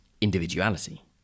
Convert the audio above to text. individuality